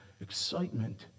excitement